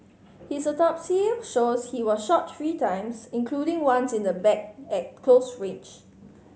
his autopsy shows he was shot three times including once in the back at close range